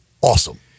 awesome